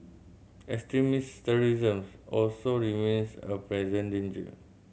extremist terrorism also remains a present danger